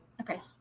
Okay